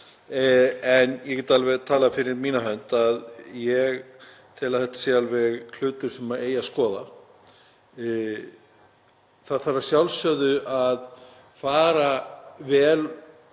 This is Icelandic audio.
en ég get alveg talað fyrir mína hönd, ég tel að þetta sé hlutur sem eigi að skoða. Það þarf að sjálfsögðu að fara vel